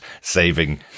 saving